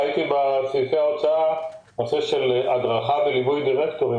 ראיתי סעיף בנושא של הדרכה וליווי דירקטורים.